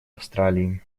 австралии